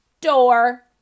door